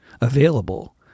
available